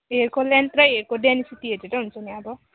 हेयरको length र हेयरको density हेरेर हुन्छ नि अब